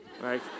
right